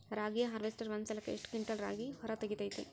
ರಾಗಿಯ ಹಾರ್ವೇಸ್ಟರ್ ಒಂದ್ ಸಲಕ್ಕ ಎಷ್ಟ್ ಕ್ವಿಂಟಾಲ್ ರಾಗಿ ಹೊರ ತೆಗಿತೈತಿ?